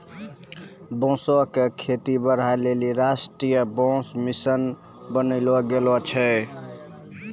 बांसो क खेती बढ़ाय लेलि राष्ट्रीय बांस मिशन बनैलो गेलो छै